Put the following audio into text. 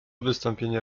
wystąpienie